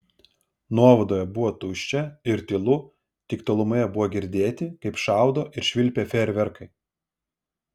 nuovadoje buvo tuščia ir tylu tik tolumoje buvo girdėti kaip šaudo ir švilpia fejerverkai